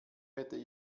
hätte